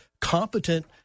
competent